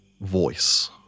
voice